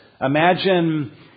Imagine